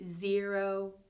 zero